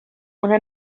una